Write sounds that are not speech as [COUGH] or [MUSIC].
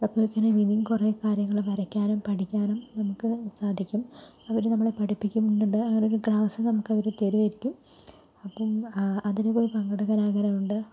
[UNINTELLIGIBLE] കുറേ കാര്യങ്ങൾ വരക്കാനും പഠിക്കാനും നമുക്ക് സാധിക്കും അവർ നമ്മളെ പഠിപ്പിക്കുന്നുണ്ട് അങ്ങനെ ഒരു ക്ലാസും നമുക്ക് അവർ തരുമായിരിക്കും അപ്പം അതിനു പോയി പങ്കെടുക്കാൻ ആഗ്രഹമുണ്ട്